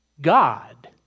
God